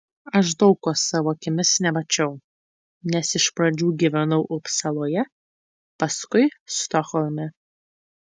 aš daug ko savo akimis nemačiau nes iš pradžių gyvenau upsaloje paskui stokholme